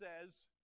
says